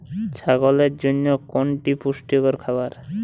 ছাগলের জন্য কোনটি পুষ্টিকর খাবার?